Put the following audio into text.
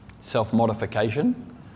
self-modification